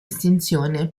estinzione